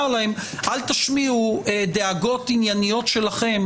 להם: אל תשמיעו דאגות ענייניות שלכם